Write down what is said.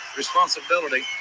responsibility